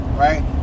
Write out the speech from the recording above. Right